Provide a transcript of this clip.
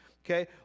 Okay